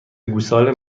گوساله